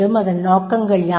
அதன் நோக்கங்கள் யாவை